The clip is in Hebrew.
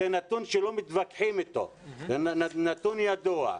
זה נתון שלא מתווכחים אתו וזה נתון ידוע.